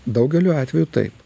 daugeliu atvejų taip